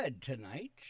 Tonight